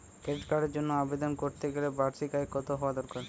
Credit কার্ডের জন্য আবেদন করতে গেলে বার্ষিক আয় কত হওয়া দরকার?